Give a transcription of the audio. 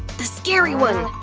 the scary one!